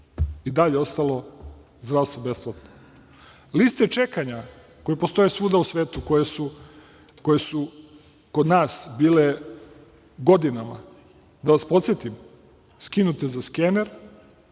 I dalje je ostalo zdravstvo besplatno. Liste čekanja koje postoje svuda u svetu, koje su kod nas bile godinama, da vas podsetim, skinute za skener,